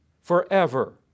forever